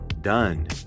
done